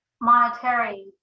monetary